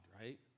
right